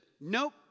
nope